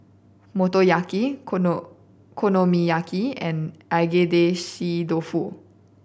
Motoyaki Okono Okonomiyaki and Agedashi Dofu